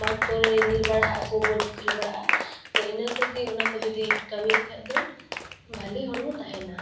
ᱢᱟᱴᱷ ᱠᱚᱨᱮ ᱧᱤᱨ ᱵᱟᱲᱟᱜ ᱟᱠᱚ ᱵᱚᱞ ᱠᱚ ᱠᱷᱮᱞ ᱵᱟᱲᱟᱜᱼᱟ ᱛᱚ ᱤᱱᱟᱹ ᱠᱚᱜᱮ ᱚᱱᱟ ᱠᱚ ᱡᱩᱫᱤ ᱠᱟᱹᱢᱤ ᱞᱮᱠᱷᱟᱡ ᱫᱚ ᱵᱷᱟᱞᱮ ᱦᱚᱲᱢᱚ ᱛᱟᱦᱮᱱᱟ